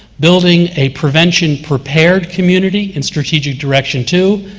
building a prevention-prepared community, in strategic direction too,